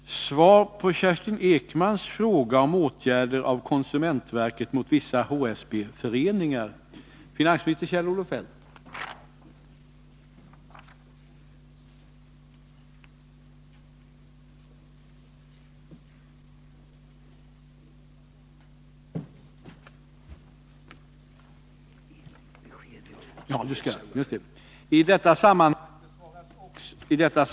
dighet, vilket dock ej står i överensstämmelse med gällande lag. Flera hyresgäster har vänt sig till konsumentverket och anmält att de ej fritt får sälja sin bostadsrätt. KO-sekretariatet har inte velat ingripa med hänvisning till att regeringen aviserat att lagen kommer att ändras.